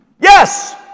Yes